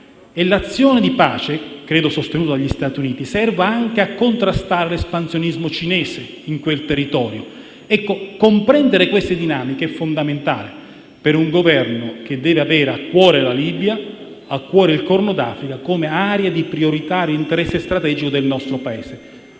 e l'azione di pace, credo sostenuta dagli Stati Uniti, serve anche a contrastare l'espansionismo cinese in quel territorio. Comprendere queste dinamiche è fondamentale per un Governo che deve avere a cuore la Libia e il Corno d'Africa, come aree di prioritario interesse strategico del nostro Paese.